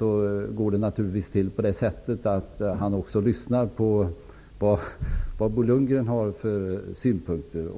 innebär naturligtvis att han också lyssnar till vad Bo Lundgren har för synpunkter.